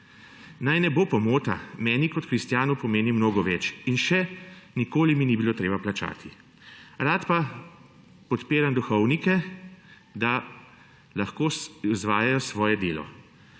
Naj ne bo pomota. Meni kot kristjanu pomeni mnogo več in še nikoli mi ni bilo treba plačati. Rad pa podpiram duhovnike, da lahko izvajajo svoje delo.